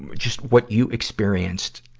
and just what you experienced,